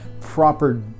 proper